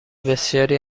بسیاری